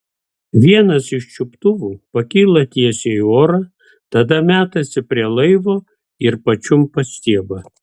vienas iš čiuptuvų pakyla tiesiai į orą tada metasi prie laivo ir pačiumpa stiebą